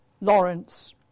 Lawrence